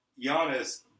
Giannis